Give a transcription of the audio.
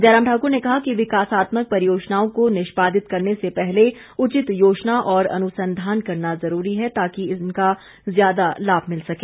जयराम ठाकूर ने कहा कि विकासात्मक परियोजनाओं को निष्पादित करने से पहले उचित योजना और अनुसंधान करना जरूरी है ताकि इनका ज्यादा लाम भिल सके